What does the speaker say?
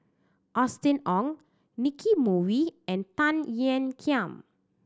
Austen Ong Nicky Moey and Tan Ean Kiam